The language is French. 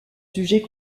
sujets